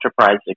enterprise